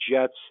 Jets